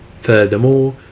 Furthermore